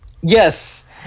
Yes